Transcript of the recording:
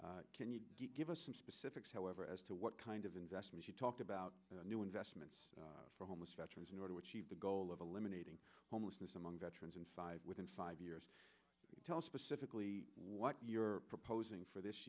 vital can you give us some specifics however as to what kind of investment you talked about new investment for homeless veterans in order to achieve the goal of eliminating homelessness among veterans and within five years tell specifically what you're proposing for this